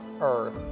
earth